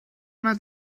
nad